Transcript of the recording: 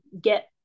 get